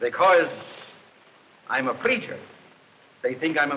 they cause i'm a preacher they think i'm a